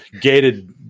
gated